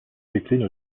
décline